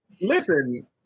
listen